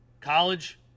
College